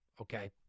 Okay